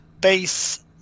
Base